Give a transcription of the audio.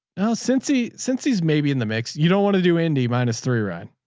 now, since he, since he's maybe in the mix, you don't want to do andy minus three ride.